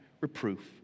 reproof